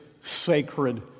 sacred